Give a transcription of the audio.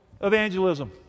evangelism